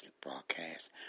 broadcast